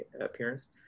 appearance